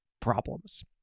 problems